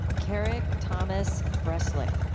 kerig thomas breslick.